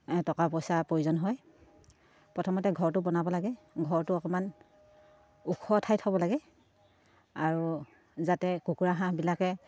টকা পইচা প্ৰয়োজন হয় প্ৰথমতে ঘৰটো বনাব লাগে ঘৰটো অকণমান ওখ ঠাইত হ'ব লাগে আৰু যাতে কুকুৰা হাঁহবিলাকে